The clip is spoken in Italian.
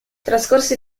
trascorsi